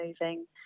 moving